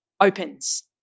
opens